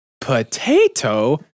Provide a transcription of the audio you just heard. potato